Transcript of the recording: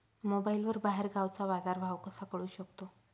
मोबाईलवर बाहेरगावचा बाजारभाव कसा कळू शकतो?